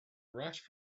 rushed